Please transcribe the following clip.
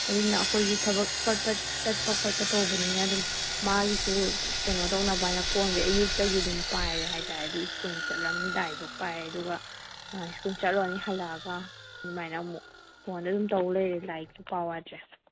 ꯑꯗꯨꯅ ꯑꯩꯈꯣꯏꯖꯨ ꯊꯕꯛ ꯐꯠ ꯐꯠ ꯆꯠꯄ ꯈꯣꯠꯄ ꯇꯧꯕꯅꯤꯅ ꯑꯗꯨꯝ ꯃꯥꯒꯤꯁꯨ ꯀꯩꯅꯣ ꯇꯧꯅꯕꯅ ꯐꯣꯟꯖꯦ ꯑꯌꯨꯛꯇꯒꯤ ꯑꯗꯨꯝ ꯄꯥꯏꯔꯦ ꯍꯥꯏ ꯇꯥꯔꯦ ꯑꯗꯨ ꯁ꯭ꯀꯨꯜ ꯆꯠꯂꯝꯗꯥꯏꯐꯥꯎ ꯄꯥꯏꯔꯦ ꯑꯗꯨꯒ ꯁ꯭ꯀꯨꯜ ꯆꯠꯂꯨꯔꯅꯤ ꯍꯜꯂꯛꯑꯒ ꯑꯗꯨꯃꯥꯏꯅ ꯑꯃꯨꯛ ꯐꯣꯟꯗ ꯑꯗꯨꯝ ꯇꯧ ꯂꯩꯔꯦ ꯂꯥꯏꯔꯤꯛꯇꯤ ꯄꯥꯎ ꯌꯥꯗ꯭ꯔꯦ